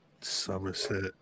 Somerset